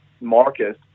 Marcus